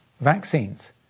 vaccines